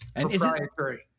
proprietary